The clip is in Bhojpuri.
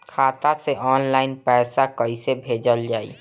खाता से ऑनलाइन पैसा कईसे भेजल जाई?